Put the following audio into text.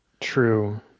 true